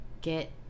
Get